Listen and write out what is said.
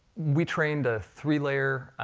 we trained a three-layer,